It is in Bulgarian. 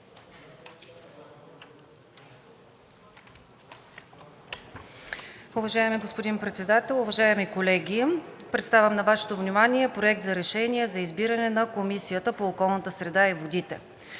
Уважаеми господин Председател, уважаеми колеги! Представям на Вашето внимание: „Проект! РЕШЕНИЕ за избиране на Комисия по околната среда и водите